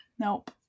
Nope